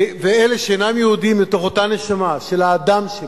ואלה שאינם יהודים, מתוך אותה נשמה של האדם שבו.